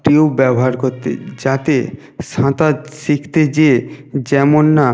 tube ব্যবহার করতে যাতে সাঁতার শিখতে যেয়ে যেমন না